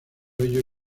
ello